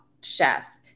chef